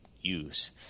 use